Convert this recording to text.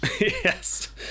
Yes